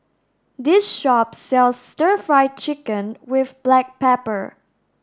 this shop sells stir fry chicken with black pepper